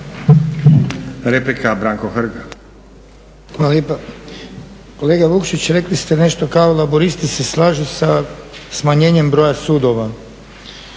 **Hrg, Branko (HSS)** Hvala lijepa. Kolega Vukšić rekli ste nešto kao Laburisti se slažu sa smanjenjem broja sudova.